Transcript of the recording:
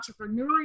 entrepreneurial